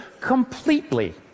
completely